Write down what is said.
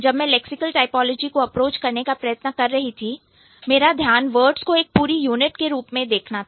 जब मैं lexical typology को अप्रोच करने का प्रयत्न कर रही थी मेरा ध्यान वर्ड्स को एक पूरी यूनिट के रूप में देखना था